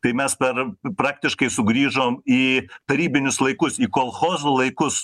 tai mes per praktiškai sugrįžom į tarybinius laikus į kolchozų laikus